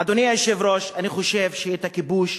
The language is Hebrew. אדוני היושב-ראש, אני חושב שהכיבוש,